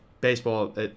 baseball